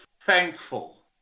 thankful